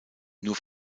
nur